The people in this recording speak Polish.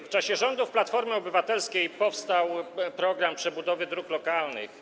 W czasie rządów Platformy Obywatelskiej powstał program przebudowy dróg lokalnych.